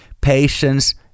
patience